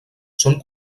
són